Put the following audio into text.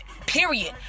period